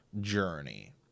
journey